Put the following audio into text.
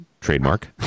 trademark